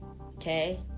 Okay